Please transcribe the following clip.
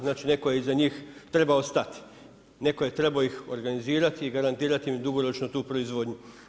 Znači netko je iza njih trebao statiti, neto je trebao ih organizirati i garantirati im dugoročno tu proizvodnju.